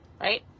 right